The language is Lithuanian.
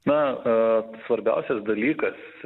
na svarbiausias dalykas